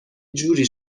جوری